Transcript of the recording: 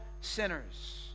sinners